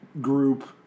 group